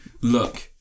Look